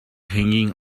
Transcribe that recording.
hanging